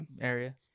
area